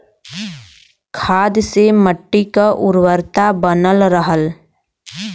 खाद से मट्टी क उर्वरता बनल रहला